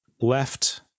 left